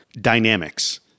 dynamics